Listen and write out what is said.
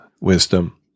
wisdom